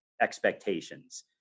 expectations